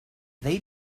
they